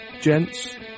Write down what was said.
gents